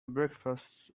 breakfast